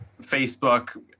Facebook